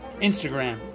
Instagram